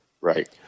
Right